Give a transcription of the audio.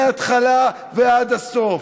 מהתחלה ועד הסוף,